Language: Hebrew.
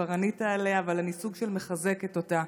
כבר ענית עליה, אבל אני סוג של מחזקת אותה: